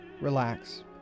relax